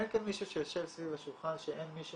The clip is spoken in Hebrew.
אין כאן מישהו שיושב סביב השולחן שאין מישהו